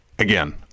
Again